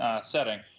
setting